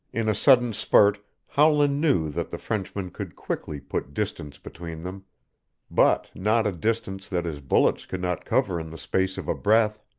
in a sudden spurt howland knew that the frenchman could quickly put distance between them but not a distance that his bullets could not cover in the space of a breath.